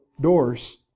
doors